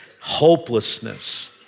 hopelessness